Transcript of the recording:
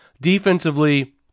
defensively